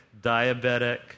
diabetic